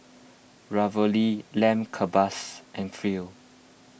Ravioli Lamb Kebabs and Free